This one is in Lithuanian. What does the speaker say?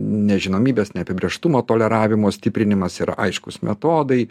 nežinomybės neapibrėžtumo toleravimo stiprinimas yra aiškūs metodai